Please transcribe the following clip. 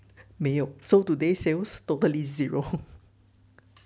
没有 so today sales totally zero